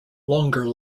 longer